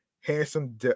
Handsome